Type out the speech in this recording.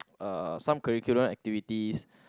uh some curriculum activities